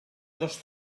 dos